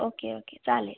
okay okay चालेल